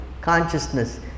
consciousness